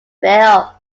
fell